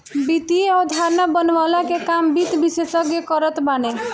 वित्तीय अवधारणा बनवला के काम वित्त विशेषज्ञ करत बाने